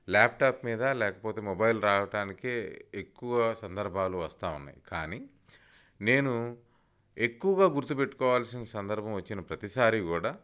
laptop మీద లేకపోతే mobile రావటానికి ఎక్కువ సందర్భాలు వస్తూ ఉన్నాయి కానీ నేను ఎక్కువగా గుర్తు పెట్టుకోవాల్సిన సందర్భం వచ్చిన ప్రతిసారీ కూడా